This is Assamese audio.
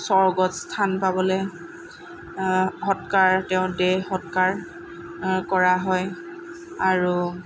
স্বৰ্গস্থান পাবলৈ সৎকাৰ তেওঁৰ দেহ সৎকাৰ কৰা হয় আৰু